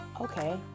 Okay